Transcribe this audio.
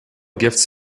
gifts